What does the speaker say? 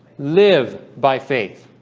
live by faith,